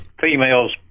females